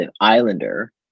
islander